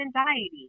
anxiety